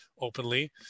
openly